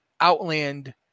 Outland